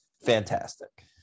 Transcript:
Fantastic